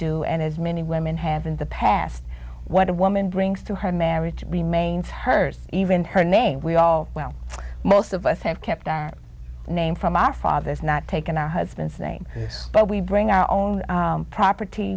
do and as many women have in the past what a woman brings to her marriage remains hers even her name we all well most of us have kept our name from our fathers not taken our husband's name but we bring our own property